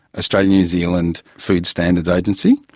australia new zealand food standards agency,